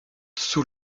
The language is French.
sous